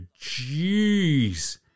jeez